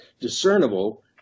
discernible